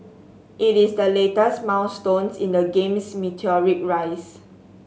it is the latest milestone in the game's meteoric rise